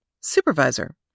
Supervisor